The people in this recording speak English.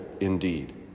indeed